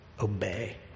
Obey